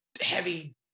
heavy